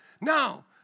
Now